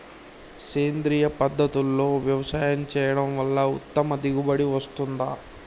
సేంద్రీయ పద్ధతుల్లో వ్యవసాయం చేయడం వల్ల ఉత్తమ దిగుబడి వస్తుందా?